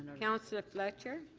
councillor fletcher.